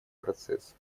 процесс